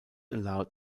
allowed